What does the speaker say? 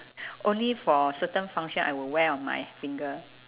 only for certain function I will wear on my finger